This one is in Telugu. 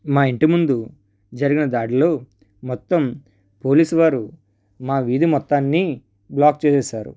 మా ఇంటి ముందు జరిగిన దాడిలో మొత్తం పోలీసు వారు మా వీధి మొత్తాన్ని బ్లాక్ చేసేసారు